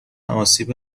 آسیب